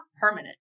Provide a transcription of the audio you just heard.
permanent